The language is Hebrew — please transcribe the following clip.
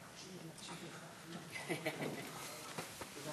אני מבין שאחרי שחברת הכנסת גרמן הסבירה כל כך טוב את הנקודה